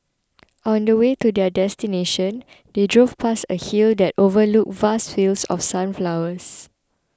on the way to their destination they drove past a hill that overlooked vast fields of sunflowers